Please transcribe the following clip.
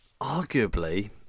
arguably